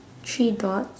three dogs